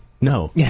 No